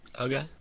Okay